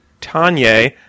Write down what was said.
tanya